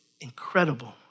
incredible